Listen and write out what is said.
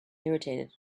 irritated